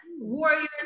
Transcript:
warriors